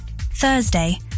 Thursday